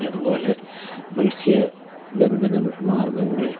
അതുപോലെ മൽസ്യ ബന്ധന മാർഗ്ഗങ്ങളിൽ